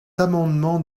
amendement